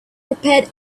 prepared